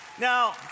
Now